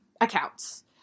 accounts